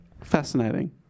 Fascinating